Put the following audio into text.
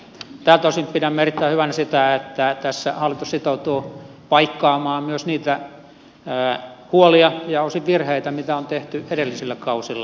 tältä osin pidämme erittäin hyvänä sitä että tässä hallitus sitoutuu paikkaamaan myös niitä huolia ja osin virheitä mitä on tehty edellisillä kausilla